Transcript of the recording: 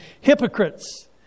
hypocrites